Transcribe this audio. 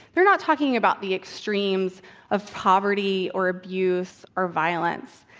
they're not talking about the extremes of poverty, or abuse, or violence.